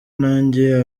nanjye